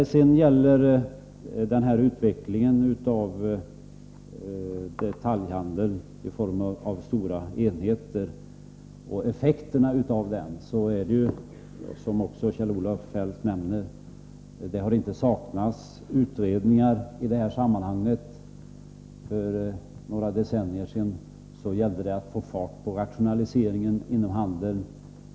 Beträffande utvecklingen av detaljhandeln mot stora enheter och effekterna av den utvecklingen har det, som också Kjell-Olof Feldt nämner, inte saknats utredningar. För några decennier sedan gällde det att få fart på rationaliseringen inom handeln.